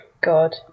God